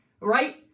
right